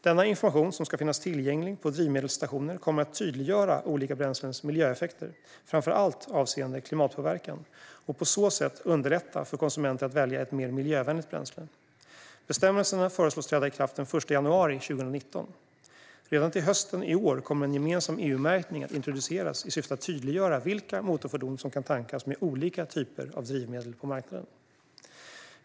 Denna information, som ska finnas tillgänglig på drivmedelsstationer, kommer att tydliggöra olika bränslens miljöeffekter framför allt avseende klimatpåverkan. På så sätt kommer det att underlätta för konsumenter att välja ett mer miljövänligt bränsle. Bestämmelserna föreslås träda i kraft den 1 januari 2019. Redan till hösten i år kommer en gemensam EU-märkning att introduceras i syfte att tydliggöra vilka motorfordon som kan tankas med olika typer av drivmedel på marknaden.